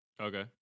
Okay